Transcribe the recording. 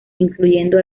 incluyendo